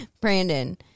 Brandon